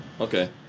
okay